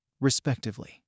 respectively